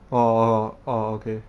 orh orh oh okay